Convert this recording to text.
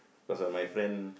cause of my friend